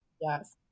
Yes